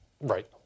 right